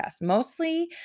Mostly